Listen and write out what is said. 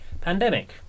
pandemic